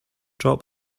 drop